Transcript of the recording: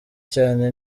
cyane